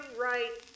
right